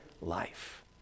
life